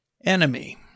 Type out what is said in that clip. enemy